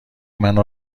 منو